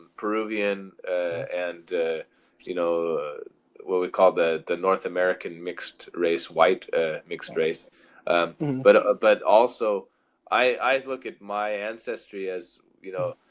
peruvian and you know what we call the the north american mixed race white mixed race but ah but also i look at my ancestry as you know